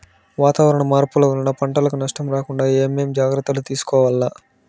వాతావరణ మార్పులు వలన పంటలకు నష్టం రాకుండా ఏమేం జాగ్రత్తలు తీసుకోవల్ల?